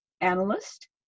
analyst